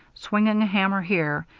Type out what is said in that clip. swinging a hammer here,